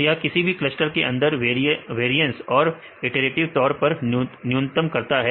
तो यह किसी भी क्लस्टर के अंदर वेरियस को इटरेटिव तौर पर न्यूनतम करता है